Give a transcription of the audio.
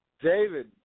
David